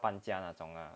半价那种 ah